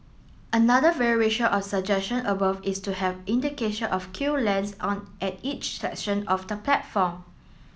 another variation of suggestion above is to have indication of queue lengths on at each section of the platform